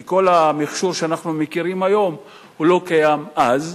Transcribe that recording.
כי כל המכשור שאנחנו מכירים היום לא היה קיים אז.